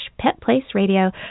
petplaceradio